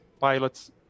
pilots